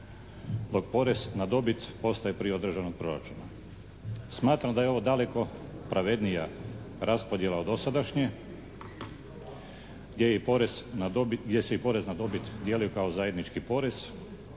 od porez na dobit postaje pri određenom proračunu. Smatram da je ovo daleko pravednija raspodjela od dosadašnje gdje se i porez na dobit dijeli kao i zajednički porez,